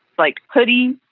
like, hoodie.